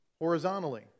horizontally